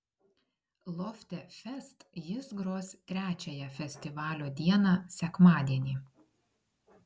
lofte fest jis gros trečiąją festivalio dieną sekmadienį